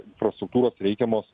infrastruktūros reikiamos